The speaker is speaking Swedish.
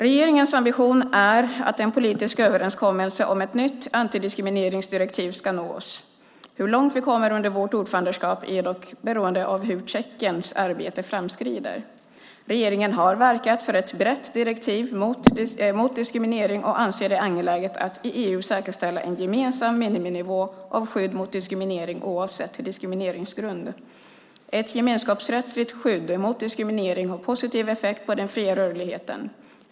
Regeringens ambition är att en politisk överenskommelse om ett nytt antidiskrimineringsdirektiv ska nås. Hur långt vi kommer under vårt ordförandeskap är dock beroende av hur Tjeckiens arbete framskrider. Regeringen har verkat för ett brett direktiv mot diskriminering och anser det angeläget att i EU säkerställa en gemensam miniminivå för skydd mot diskriminering oavsett diskrimineringsgrund. Ett gemenskapsrättsligt skydd mot diskriminering har positiv effekt på den fria rörligheten.